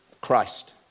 Christ